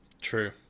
True